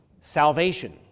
salvation